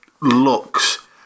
looks